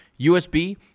USB